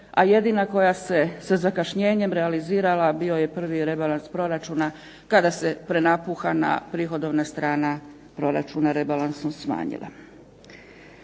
a jedina koja se sa zakašnjenjem realizirala bio je prvi rebalans proračuna kada se prenapuhana prihodovna strana proračuna rebalansom smanjila.